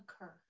occur